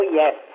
yes